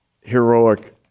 heroic